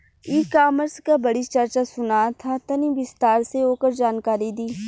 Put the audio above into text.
ई कॉमर्स क बड़ी चर्चा सुनात ह तनि विस्तार से ओकर जानकारी दी?